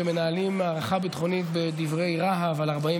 שמנהלים מערכה ביטחונית בדברי רהב על 48